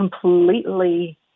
completely